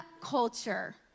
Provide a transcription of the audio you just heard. culture